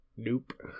nope